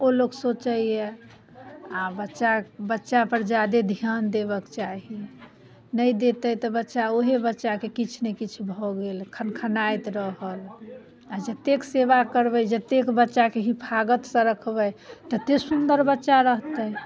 ओ लोक सोचैए आ बच्चा बच्चापर ज्यादे ध्यान देबयके चाही नहि देतै तऽ बच्चा उएह बच्चाके किछु ने किछु भऽ गेल खनखनाइत रहल आ जतेक सेवा करबै जतेक बच्चाकेँ हिफाजतसँ रखबै ततेक सुन्दर बच्चा रहतै